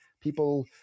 people